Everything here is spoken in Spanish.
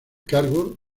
cargo